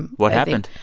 what happened?